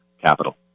capital